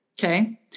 Okay